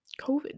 covid